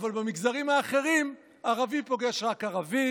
אבל במגזרים האחרים ערבי פוגש רק ערבי,